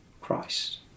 Christ